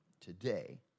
today